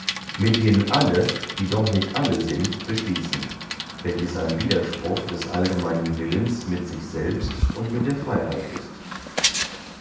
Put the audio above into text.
mithin alle die doch nicht alle sind beschließen welches ein widerspruch des allgemeinen willens mit sich selbst und mit der freyheit ist